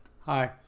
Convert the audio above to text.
hi